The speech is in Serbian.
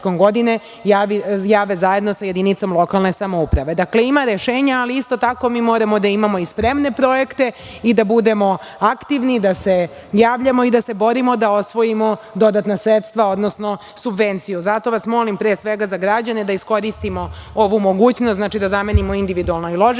godine, jave zajedno sa jedinicom lokalne samouprave. DDakle, ima rešenja, ali isto tako mi moramo da imamo i spremne projekte i da budemo aktivni, da se javljamo i da se borimo da osvojimo dodatna sredstva, odnosno subvenciju. Zato vas molim, pre svega za građane, da iskoristimo ovu mogućnost da zamenimo individualna i ložišta.